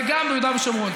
וגם ביהודה ושומרון.